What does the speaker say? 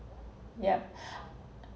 yeah